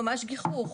גיחוך.